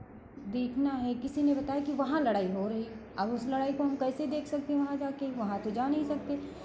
देखना है किसी ने बताया कि वहाँ लड़ाई हो रही है अब उस लड़ाई को हम कैसे देख सकते हैं वहाँ जाके वहाँ तो जा नहीं सकते